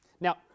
Now